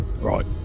Right